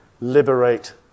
liberate